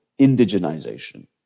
indigenization